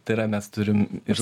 tai yra mes turim ir